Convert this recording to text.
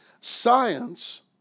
Science